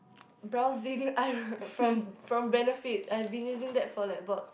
browsing eyebrow from from Benefit I have been using that for like about